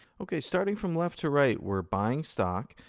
ok, starting from left to right, we're buying stock.